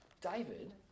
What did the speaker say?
David